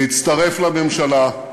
להצטרף לממשלה.